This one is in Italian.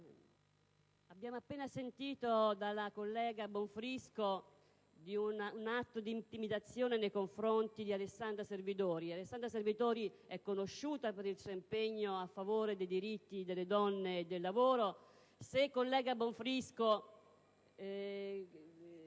abbiamo appena ascoltato dalla collega Bonfrisco la notizia di un atto di intimidazione nei confronti di Alessandra Servidori, la quale è conosciuta per il suo impegno a favore dei diritti delle donne e del lavoro. Collega Bonfrisco,